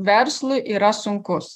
verslui yra sunkus